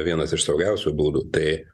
vienas iš saugiausių būdų tai